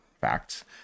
facts